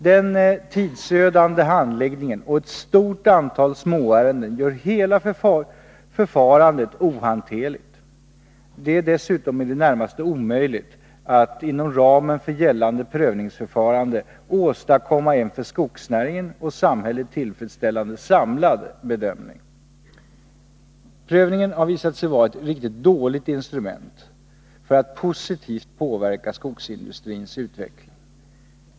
Den tidsödande handläggningen och ett stort antal småärenden gör hela förfarandet ohanterligt. Det är dessutom i det närmaste omöjligt att inom ramen för gällande prövningsförfarande åstadkomma en för skogsnäringen och samhället tillfredsställande samlad bedömning. Prövningen har visat sig vara ett riktigt dåligt instrument för att positivt påverka skogsindustrins utveckling.